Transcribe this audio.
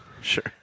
Sure